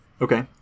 Okay